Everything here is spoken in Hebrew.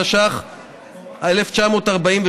התש"ח 1948,